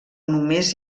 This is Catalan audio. només